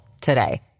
today